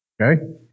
Okay